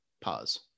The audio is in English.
Pause